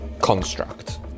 construct